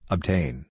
Obtain